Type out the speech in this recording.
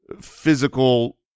physical